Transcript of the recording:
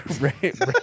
Right